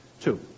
Two